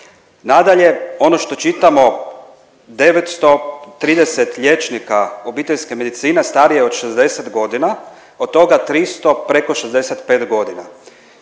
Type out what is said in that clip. Nadalje, ono što čitamo 930 liječnika obiteljske medicine starije je od 60.g., od toga 300 preko 65.g..